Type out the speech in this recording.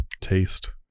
taste